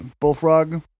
bullfrog